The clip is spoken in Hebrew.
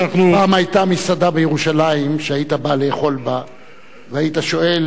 פעם היתה מסעדה בירושלים שהיית בא לאכול בה והיית שואל: